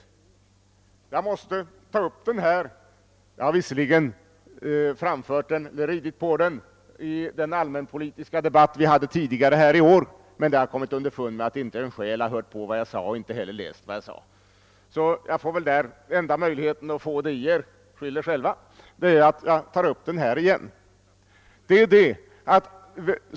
Jag måste ta upp den här. Visserligen har jag ridit på den i den allmänpolitiska debatten vid tidigare tillfälle här i år men jag har kommit underfund med att inte en själ här i kammaren hört på eller läst vad jag då sade. Enda möjligheten att få det i er — skyll er själva! — är att jag tar upp den igen.